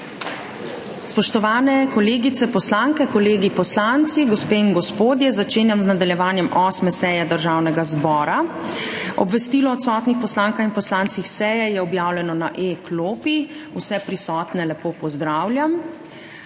Spoštovane kolegice poslanke, kolegi poslanci, gospe in gospodje! Začenjam z nadaljevanjem 8. seje Državnega zbora. Obvestilo o odsotnih poslankah in poslancih seje je objavljeno na e-klopi. Vse prisotne lepo pozdravljam!